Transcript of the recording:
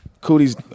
Cooties